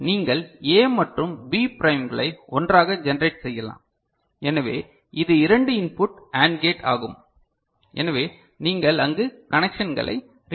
எனவே நீங்கள் A மற்றும் B ப்ரைம்களை ஒன்றாக ஜெனரேட் செய்யலாம் எனவே இது இரண்டு இன்புட் AND கேட் ஆகும் எனவே நீங்கள் அங்கு கனேக்ஷங்களை ரீடைன் செய்கிறீர்கள்